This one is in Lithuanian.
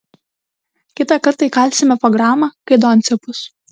kitą kartą įkalsime po gramą kai doncė bus